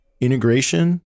integration